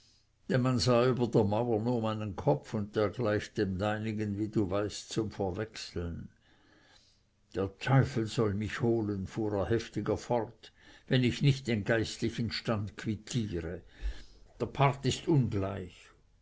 über der mauer nur meinen kopf und der gleicht dem deinigen wie du weißt zum verwechseln der teufel soll mich holen fuhr er heftiger fort wenn ich nicht den geistlichen stand quittiere der part ist ungleich